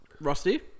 Rusty